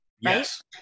Yes